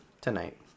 tonight